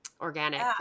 organic